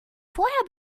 vorher